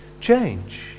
change